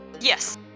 Yes